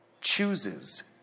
chooses